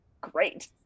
great